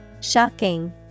shocking